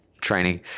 training